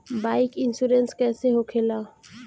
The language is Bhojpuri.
बाईक इन्शुरन्स कैसे होखे ला?